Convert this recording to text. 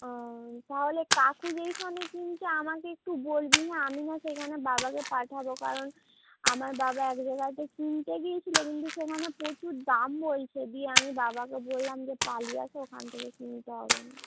ও তাহলে কাকু যেইখানে কিনছে আমাকে একটু বলবি হ্যাঁ আমি না সেইখানে বাবাকে পাঠাবো কারণ আমার বাবা এক জায়গাতে কিনতে গিয়েছিলো কিন্তু সেখানে প্রচুর দাম বলছে দিয়ে আমি বাবাকে বললাম যে পালিয়ে আসো ওখান থেকে কিনতে হবে না